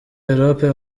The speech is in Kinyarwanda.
europe